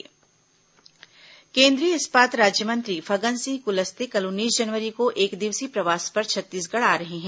केंद्रीय मंत्री छत्तीसगढ़ केंद्रीय इस्पात राज्यमंत्री फग्गन सिंह कुलस्ते कल उन्नीस जनवरी को एकदिवसीय प्रवास पर छत्तीसगढ़ आ रहे हैं